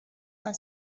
our